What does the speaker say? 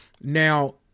Now